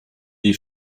die